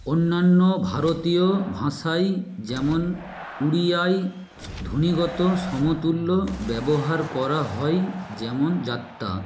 অন্যান্য ভারতীয় ভাষায় যেমন উড়িয়ায় ধ্বনিগত সমতুল্য ব্যবহার করা হয় যেমন যাত্রা